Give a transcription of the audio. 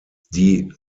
die